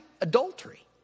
Adultery